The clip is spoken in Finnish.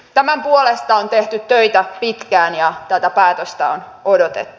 tämän puolesta on tehty töitä pitkään ja tätä päätöstä on odotettu